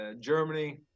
Germany